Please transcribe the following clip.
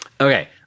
Okay